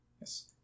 Yes